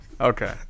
Okay